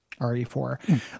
re4